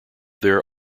there